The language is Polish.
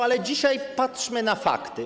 Ale dzisiaj patrzmy na fakty.